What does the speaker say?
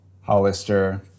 Hollister